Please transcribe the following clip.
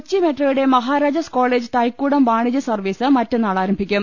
കൊച്ചി മെട്രോയുടെ മാഹാരാജാസ് കോളേജ് തൈക്കൂടം വാണിജ്യ സർവീസ് മറ്റന്നാൾ ആരംഭിക്കും